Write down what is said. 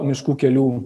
miškų kelių